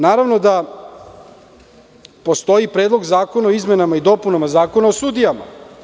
Naravno da postoji Predlog zakona o izmenama i dopunama Zakona o sudijama.